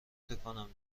تکانم